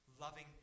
loving